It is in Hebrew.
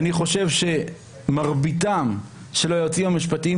אני חושב שמרביתם של היועצים המשפטיים,